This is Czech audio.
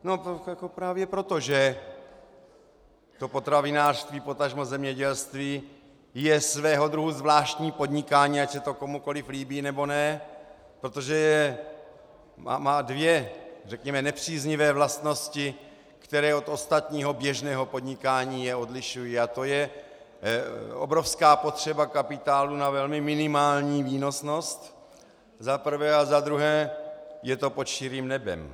No právě proto, že to potravinářství, potažmo zemědělství je svého druhu zvláštní podnikání, ať se to komukoliv líbí, nebo ne, protože má dvě, řekněme, nepříznivé vlastnosti, které od ostatního běžného podnikání je odlišují, a to je obrovská potřeba kapitálu na velmi minimální výnosnost, za prvé, a za druhé, je to pod širým nebem.